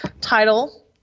title